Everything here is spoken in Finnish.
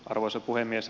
arvoisa puhemies